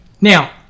Now